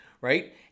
right